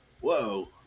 whoa